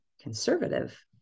conservative